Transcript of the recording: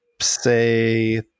say